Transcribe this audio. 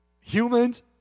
humans